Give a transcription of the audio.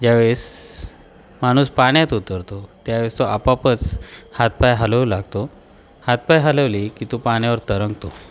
ज्या वेळेस माणूस पाण्यात उतरतो त्यावेळेस तो आपापच हातपाय हालवू लागतो हातपाय हालवले की तो पाण्यावर तरंगतो